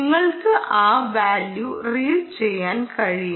നിങ്ങൾക്ക് ആ value read ചെയ്യാൻ കഴിയും